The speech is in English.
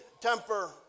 temper